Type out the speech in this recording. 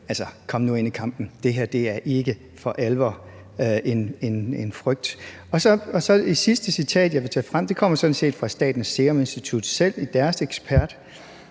Altså, kom nu ind i kampen, det her er ikke for alvor en frygt. Et sidste citat, jeg vil tage frem, kommer sådan set fra Statens Serum Institut selv og deres ekspert: